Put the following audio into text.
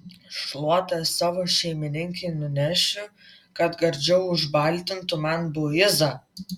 šluotą savo šeimininkei nunešiu kad gardžiau užbaltintų man buizą